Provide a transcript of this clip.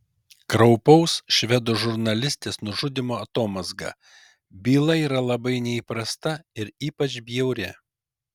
kraupaus švedų žurnalistės nužudymo atomazga byla yra labai neįprasta ir ypač bjauri